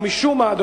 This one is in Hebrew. ומשום מה,